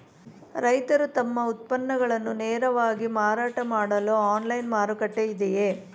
ರೈತರು ತಮ್ಮ ಉತ್ಪನ್ನಗಳನ್ನು ನೇರವಾಗಿ ಮಾರಾಟ ಮಾಡಲು ಆನ್ಲೈನ್ ಮಾರುಕಟ್ಟೆ ಇದೆಯೇ?